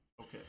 Okay